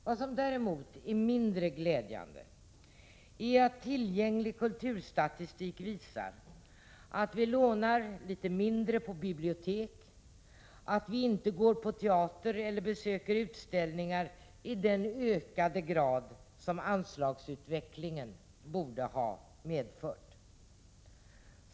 Vad som däremot är mindre glädjande är att tillgänglig kulturstatistik visar att vi lånar litet mindre på bibliotek och att vi inte går på teater eller besöker utställningar i den ökade grad som anslagsutvecklingen borde ha medfört.